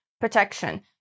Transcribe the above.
protection